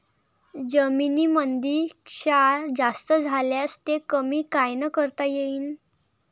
जमीनीमंदी क्षार जास्त झाल्यास ते कमी कायनं करता येईन?